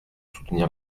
soutenir